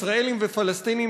ישראלים ופלסטינים,